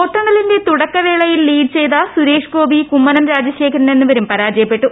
വോട്ടെണ്ണലിന്റെ തുടക്ക വേളയിൽ ലീഡ് ചെയ്ത സുരേഷ് ഗോപി കുമ്മനം രാജശേഖരൻ എന്നിവരും പരാജയപ്പെട്ടു